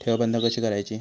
ठेव बंद कशी करायची?